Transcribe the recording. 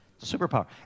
Superpower